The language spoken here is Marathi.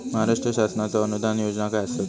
महाराष्ट्र शासनाचो अनुदान योजना काय आसत?